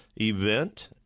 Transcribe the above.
event